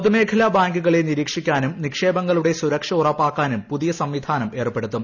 പൊതുമേഖലാ ബാങ്കുകളെ നിരീക്ഷിക്കാനും നിക്ഷേപങ്ങളുടെ സുരക്ഷ ഉറപ്പാക്കാനും പുതിയ സംവിധാനം ഏർപ്പെടുത്തും